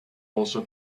also